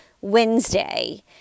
Wednesday